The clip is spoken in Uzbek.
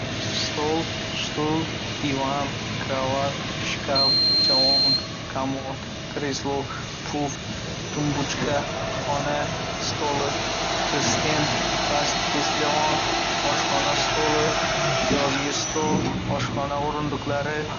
Stol, stul, divan, karavot, shkaf, javon, komod, kreslo, puf, tumbuchka, xona stoli, stend, pastki javon, oshxona stoli, yozgi stol, oshxona o‘rindiqlari.